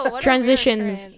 Transitions